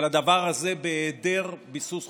אבל הדבר הזה, בהיעדר ביסוס חוקי,